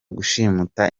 gushimuta